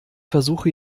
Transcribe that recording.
versuche